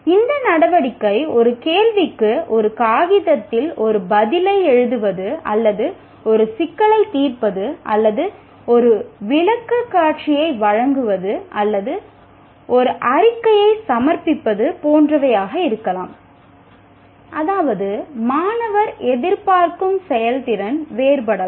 இந்த நடவடிக்கை ஒரு கேள்விக்கு ஒரு காகிதத்தில் ஒரு பதிலை எழுதுவது அல்லது ஒரு சிக்கலைத் தீர்ப்பது அல்லது அது ஒரு விளக்கக்காட்சியை வழங்குவது அல்லது ஒரு அறிக்கையைச் சமர்ப்பிப்பது போன்றவையாக இருக்கலாம் அதாவது மாணவர் எதிர்பார்க்கும் செயல்திறன் வேறுபடலாம்